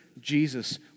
Jesus